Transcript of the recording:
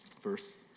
verse